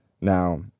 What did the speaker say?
Now